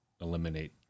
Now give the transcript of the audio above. eliminate